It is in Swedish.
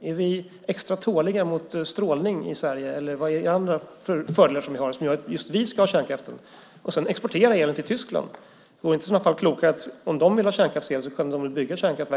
Är vi extra tåliga mot strålning i Sverige eller vilka fördelar har vi som gör att just vi ska ha kärnkraft och exportera elen till Tyskland? Vore det inte klokare att de bygger kärnkraftverken där om de vill ha kärnkraftsel?